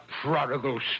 prodigal